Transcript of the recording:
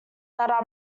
that